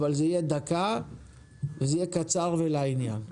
אבל לדקה וזה יהיה קצר ולעניין.